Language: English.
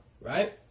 right